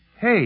Hey